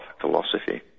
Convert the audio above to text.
philosophy